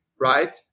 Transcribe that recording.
right